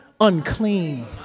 unclean